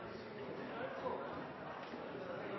sidene